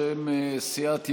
בשם סיעת ימינה,